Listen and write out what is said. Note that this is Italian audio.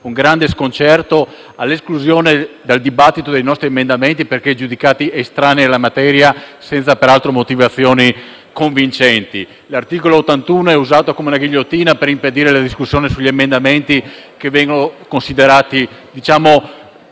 con grande sconcerto, all'esclusione dal dibattito dei nostri emendamenti, perché giudicati estranei alla materia, senza peraltro motivazioni convincenti. L'articolo 81 della Costituzione è usato come una ghigliottina per impedire la discussione sugli emendamenti che vengono considerati